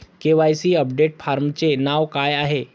KYC update फॉर्मचे नाव काय आहे?